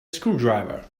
screwdriver